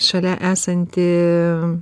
šalia esantį